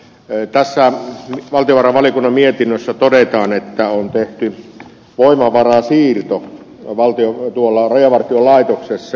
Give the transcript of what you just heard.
tässä valtiovarainvaliokunnan mietinnössä todetaan että on tehty voimavarasiirto tuolla rajavartiolaitoksessa